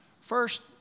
First